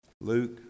Luke